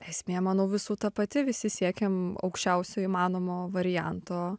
esmė manau visų ta pati visi siekiam aukščiausio įmanomo varianto